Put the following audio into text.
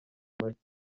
mashya